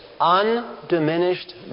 undiminished